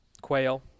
Quail